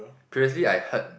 previously I heard